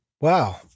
Wow